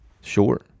Sure